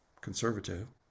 conservative